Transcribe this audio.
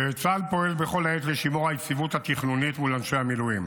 צה"ל פועל כל העת לשימור היציבות התכנונית מול אנשי המילואים